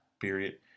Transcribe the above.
period